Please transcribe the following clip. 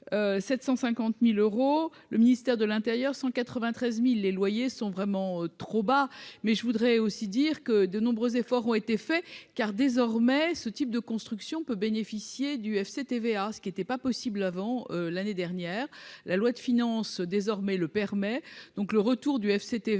50 1000 euros, le ministère de l'Intérieur 193000 les loyers sont vraiment trop bas, mais je voudrais aussi dire que de nombreux efforts ont été faits, car désormais ce type de construction peut bénéficier du FCTVA ce qui n'était pas possible avant l'année dernière, la loi de finances désormais le permet donc le retour du FCTVA